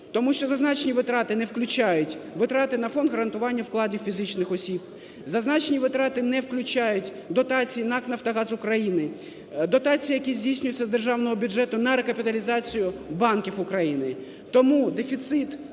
тому що зазначені витрати не включають витрати на Фонд гарантування вкладів фізичних осіб, зазначені витрати не включають дотації НАК "Нафтогаз України", дотації, які здійснюються з державного бюджету на рекапіталізацію банків України.